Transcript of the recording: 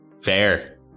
Fair